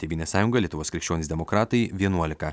tėvynės sąjunga lietuvos krikščionys demokratai vienuolika